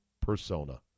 persona